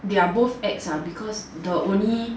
they are both ex lah because the only